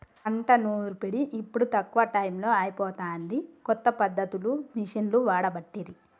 పంట నూర్పిడి ఇప్పుడు తక్కువ టైములో అయిపోతాంది, కొత్త పద్ధతులు మిషిండ్లు వాడబట్టిరి